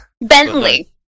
Bentley